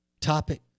topic